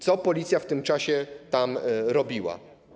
Co policja w tym czasie tam robiła?